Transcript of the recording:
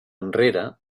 enrere